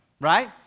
right